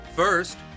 First